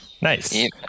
nice